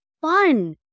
fun